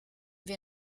wir